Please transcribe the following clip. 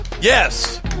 Yes